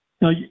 Now